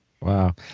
Wow